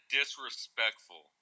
disrespectful